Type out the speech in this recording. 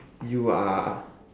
you are